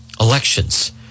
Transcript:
elections